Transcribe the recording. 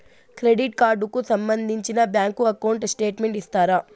Credit card కు సంబంధించిన bank account statement ఇస్తారా?